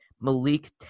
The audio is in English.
Malik